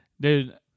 Dude